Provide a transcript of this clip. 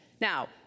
Now